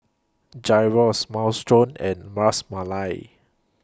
Gyros Minestrone and mars Malai